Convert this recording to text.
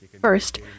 First